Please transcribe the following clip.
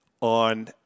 on